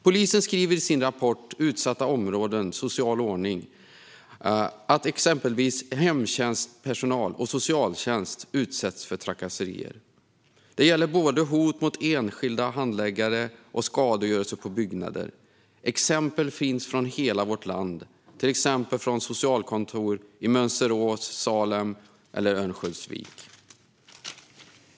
Polisen skriver i sin rapport Utsatta områden - Social ordning, kriminell struktur och utmaningar för polisen att exempelvis hemtjänstpersonal och socialtjänst utsätts för trakasserier. Det gäller både hot mot enskilda handläggare och skadegörelse på byggnader. Exempel finns från hela vårt land, till exempel från Mönsterås, Salem och Örnsköldsvik.